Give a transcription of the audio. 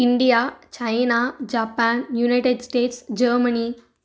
India China Japan United States Germany